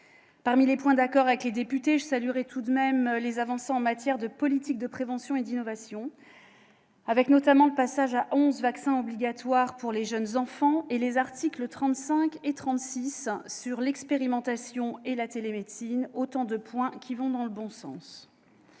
Parmi les points d'accord avec les députés, je saluerai tout de même les avancées en matière de politique de prévention et d'innovation- je citerai le passage à onze vaccins obligatoires pour les jeunes enfants, ainsi que les articles 35 et 36 sur l'expérimentation et la télémédecine, autant de points qui vont dans le bon sens.